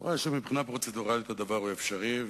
אמרה שמבחינה פרוצדורלית הדבר אפשרי,